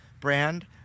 brand